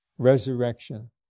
resurrection